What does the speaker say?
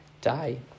die